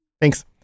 Thanks